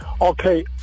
Okay